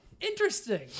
interesting